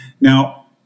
Now